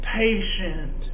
patient